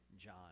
John